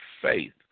faith